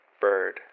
bird